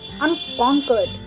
Unconquered